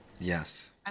Yes